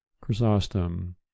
Chrysostom